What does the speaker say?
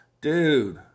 Dude